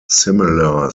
similar